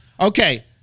Okay